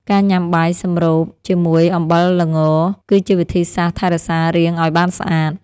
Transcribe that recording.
ការញ៉ាំបាយសម្រូបជាមួយអំបិលល្ង គឺជាវិធីសាស្ត្រថែរក្សារាងឱ្យបានស្អាត។